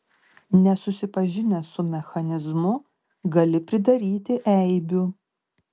nesusipažinęs su mechanizmu gali pridaryti eibių